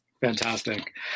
Fantastic